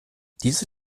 diese